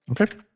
Okay